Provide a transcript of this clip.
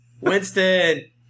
Winston